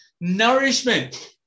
Nourishment